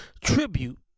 tribute